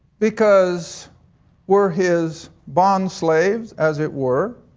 because were his bond slave as it were.